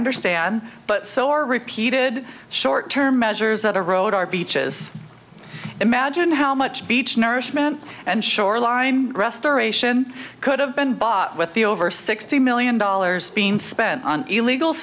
understand but so are repeated short term measures that are road our beaches imagine how much beach nourishment and shoreline restoration could have been bought with the over sixty million dollars being spent on illegal